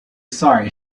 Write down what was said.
sorry